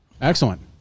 excellent